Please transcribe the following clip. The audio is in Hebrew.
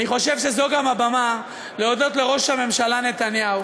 אני חושב שזו גם הבמה להודות לראש הממשלה נתניהו